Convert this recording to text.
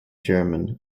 german